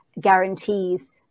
guarantees